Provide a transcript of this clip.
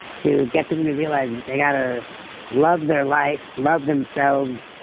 to get them to realize that they got to love their life, love themselves,